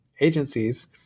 agencies